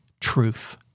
truth